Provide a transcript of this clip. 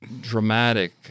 dramatic